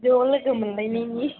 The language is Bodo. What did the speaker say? ज' लोगो मोनलायनायनि